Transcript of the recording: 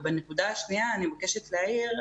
ובנקודה השנייה שאני מבקשת להעיר,